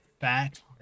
fact